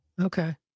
Okay